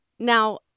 Now